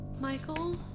Michael